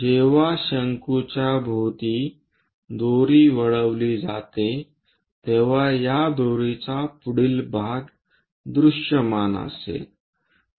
जेव्हा शंकूच्या भोवती दोरी वळविली जाते तेव्हा त्या दोरीचा पुढील भाग दृश्यमान असेल